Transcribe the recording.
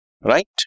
right